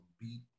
beat